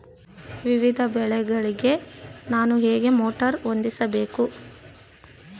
ವಿವಿಧ ಬೆಳೆಗಳಿಗೆ ನಾನು ಹೇಗೆ ಮೋಟಾರ್ ಹೊಂದಿಸಬೇಕು?